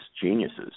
geniuses